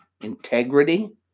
integrity